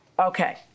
Okay